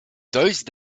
those